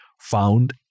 found